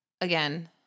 again